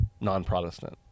non-protestant